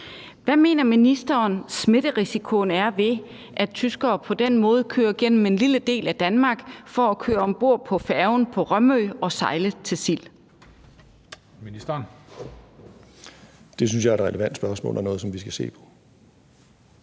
Hvad mener ministeren smitterisikoen er ved, at tyskere på den måde kører igennem en lille del af Danmark for at køre ombord på færgen fra Rømø og sejle til Sild? Kl. 16:07 Den fg. formand (Christian Juhl): Ministeren.